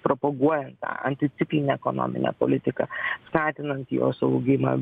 propaguojant tą anticiklinę ekonominę politiką skatinant jos augimą